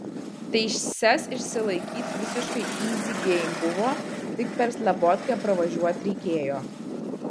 teises išsilaikyt visiškai yzi geim buvo tik per slabotkę pravažiuot reikėjo